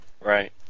right